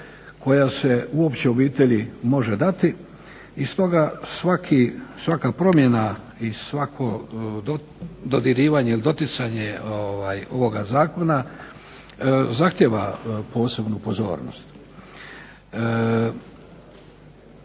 koja se uopće obitelji može dati, i stoga svaka promjena i svako dodirivanje ili doticanje ovoga zakona zahtjeva posebnu pozornost.